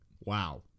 Wow